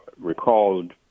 recalled